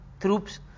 troops